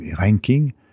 ranking